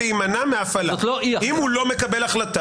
זה מה שכתוב.